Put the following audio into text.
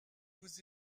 vous